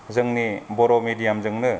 जोंनि बर' मेडियामजोंनो